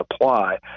apply